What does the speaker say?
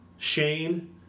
Shane